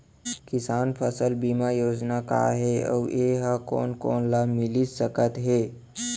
किसान फसल बीमा योजना का हे अऊ ए हा कोन कोन ला मिलिस सकत हे?